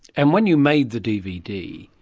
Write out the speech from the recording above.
and when you made the dvd,